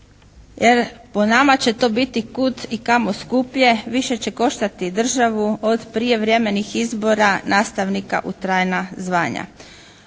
Jer po nama će to biti kud i kamo skuplje, više će koštati državu od prijevremenih izbora nastavnika u trajna zvanja.